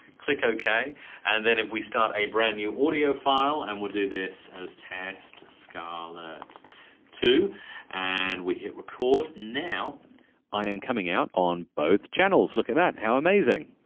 click okay and then if we start a brand new audio file and we'll do this as test scarlett two and we hit record. now i am coming out on both channels. look at that, how amazing!